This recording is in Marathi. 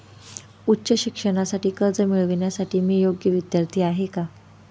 उच्च शिक्षणासाठी कर्ज मिळविण्यासाठी मी योग्य विद्यार्थी आहे का?